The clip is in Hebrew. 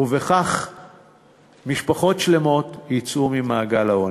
ובכך משפחות שלמות יצאו ממעגל העוני.